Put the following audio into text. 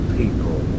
people